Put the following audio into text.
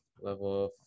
Level